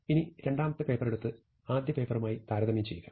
ഇനി രണ്ടാമത്തെ പേപ്പർ എടുത്ത് ആദ്യ പേപ്പറുമായി താരതമ്യം ചെയ്യുക